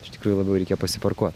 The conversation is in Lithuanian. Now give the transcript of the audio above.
iš tikrųjų labiau reikia pasiparkuot